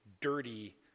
dirty